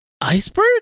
Iceberg